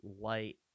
light